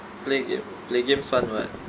play game play games fun [what]